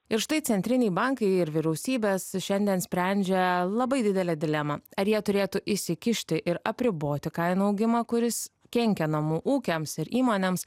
ir štai centriniai bankai ir vyriausybės šiandien sprendžia labai didelę dilemą ar jie turėtų įsikišti ir apriboti kainų augimą kuris kenkia namų ūkiams ir įmonėms